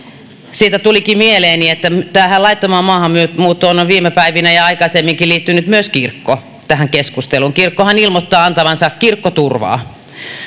siitä tulikin mieleeni että tähän keskusteluun laittomasta maahanmuutosta on viime päivinä ja aikaisemminkin liittynyt myös kirkko kirkkohan ilmoittaa antavansa kirkkoturvaa